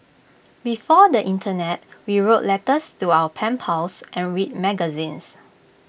before the Internet we wrote letters to our pen pals and read magazines